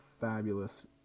fabulous